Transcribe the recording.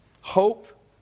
hope